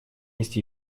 есть